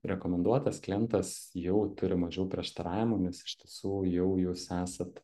rekomenduotas klientas jau turi mažiau prieštaravimų nes iš tiesų jau jūs esat